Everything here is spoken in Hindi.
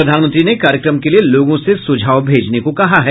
प्रधानमंत्री ने कार्यक्रम के लिए लोगों से सुझाव भेजने को कहा है